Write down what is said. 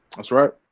that's right